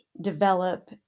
develop